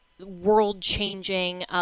world-changing